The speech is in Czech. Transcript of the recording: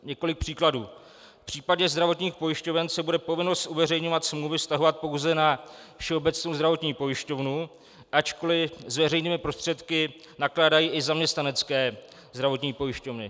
Několik příkladů: V případě zdravotních pojišťoven se bude povinnost uveřejňovat smlouvy vztahovat pouze na Všeobecnou zdravotní pojišťovnu, ačkoliv s veřejnými prostředky nakládají i zaměstnanecké zdravotní pojišťovny.